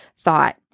thought